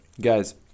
Guys